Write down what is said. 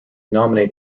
nominate